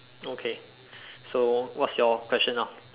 okay so what's your question now